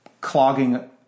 clogging